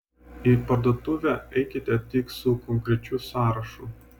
į parduotuvę eikite tik su konkrečiu sąrašu